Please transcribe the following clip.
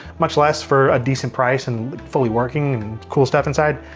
much less for a decent price and fully working and cool stuff inside.